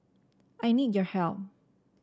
I need your help